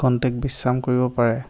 খন্তেক বিশ্ৰাম কৰিব পাৰে